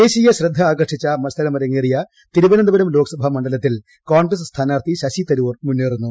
ദേശീയ ശ്രദ്ധ ആകർഷിച്ചു മത്സരം അരങ്ങേറിയ തിരുവനന്തപുരം ലോക്സഭാ മണ്ഡലത്തിൽ കോൺഗ്രസ് സ്ഥാനാർത്ഥി ശശി തരൂർ മുന്നേറുന്നു